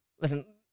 listen